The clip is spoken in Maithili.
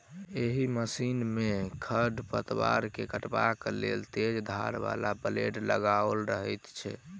एहि मशीन मे खढ़ पतवार के काटबाक लेल तेज धार बला ब्लेड लगाओल रहैत छै